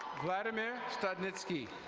vladimir stagnitsky.